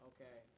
Okay